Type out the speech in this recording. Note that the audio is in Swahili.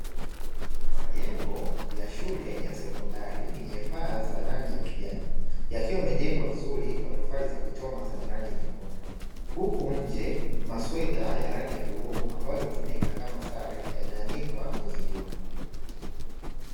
Majengo ya shule ya sekondari yenye paa za rangi ya kijani yakiwa yamejengwa vizuri kwa tofali za kuchoma zenye rangi nyekundu, huku nje masweta ya rangi ya bluu ambayo hutumika kama sare yameanikwa kwenye jua.